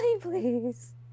please